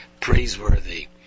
praiseworthy